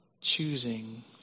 choosing